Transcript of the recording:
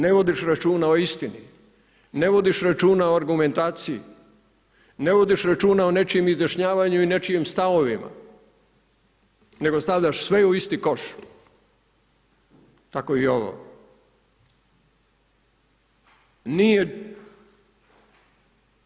Ne vodiš računa o istini, ne vodiš računa o argumentaciji, ne vodiš računa o nečijem izjašnjavanju i nečijim stavovima nego stavljaš sve u isti koš, tako i ovo.